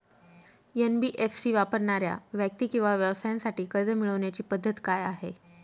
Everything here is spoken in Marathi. एन.बी.एफ.सी वापरणाऱ्या व्यक्ती किंवा व्यवसायांसाठी कर्ज मिळविण्याची पद्धत काय आहे?